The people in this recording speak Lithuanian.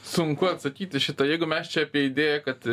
sunku atsakyt į šitą jeigu mes čia apie idėją kad